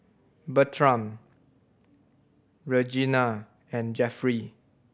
Bertram Regina and Jeffry